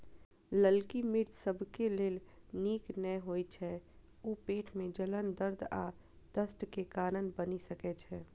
ललकी मिर्च सबके लेल नीक नै होइ छै, ऊ पेट मे जलन, दर्द आ दस्त के कारण बनि सकै छै